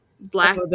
Black